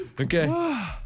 Okay